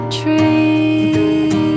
tree